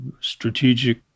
strategic